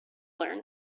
learn